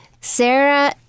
Sarah